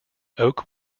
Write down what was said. oak